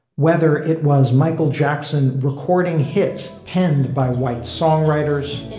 whether it was michael jackson recording hits penned by white songwriters.